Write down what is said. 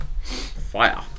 fire